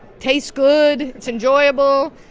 tastes good. it's enjoyable.